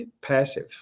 passive